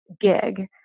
gig